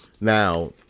now